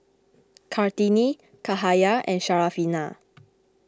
Kartini Cahaya and Syarafina